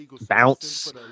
bounce